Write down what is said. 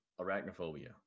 arachnophobia